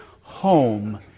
home